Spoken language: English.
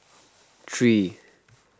three